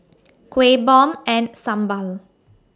Kueh Bom and Sambal